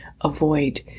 avoid